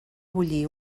bullir